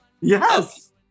Yes